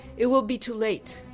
it will be too late,